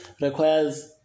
requires